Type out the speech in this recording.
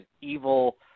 evil